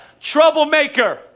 troublemaker